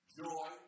joy